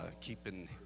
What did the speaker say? keeping